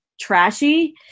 trashy